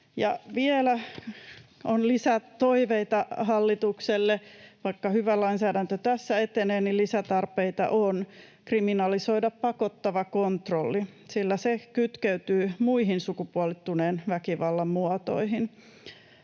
Vielä on lisätoiveita hallitukselle. Vaikka hyvä lainsäädäntö tässä etenee, niin lisätarpeena on kriminalisoida pakottava kontrolli, sillä se kytkeytyy muihin sukupuolittuneen väkivallan muotoihin,